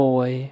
Boy